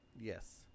Yes